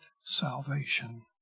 salvation